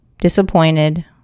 disappointed